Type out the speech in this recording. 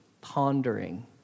pondering